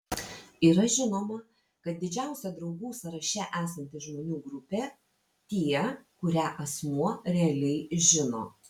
yra žinoma kad didžiausia draugų sąraše esanti žmonių grupė tie kurią asmuo realiai žino